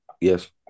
Yes